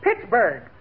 Pittsburgh